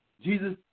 Jesus